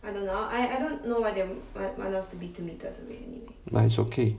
but it's okay